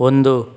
ಒಂದು